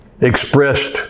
expressed